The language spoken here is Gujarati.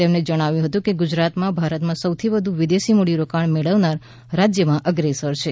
તેમણે જણાવ્યુ હતું કે ગુજરાત ભારતમાં સૌથી વધુ વિદેશી મૂડીરોકાણ મેળવનારા રાજ્યોમાં અગ્રેસર છે